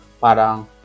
parang